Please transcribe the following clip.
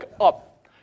up